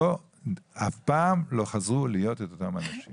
אף פעם לא חזרו להיות אותם אנשים.